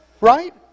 Right